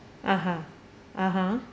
(uh huh) (uh huh)